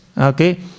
Okay